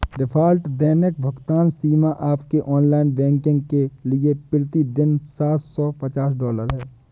default दैनिक भुगतान सीमा आपके ऑनलाइन बैंकिंग के लिए प्रति दिन सात सौ पचास डॉलर है